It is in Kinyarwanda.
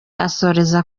asoreza